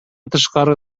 тышкары